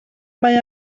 mae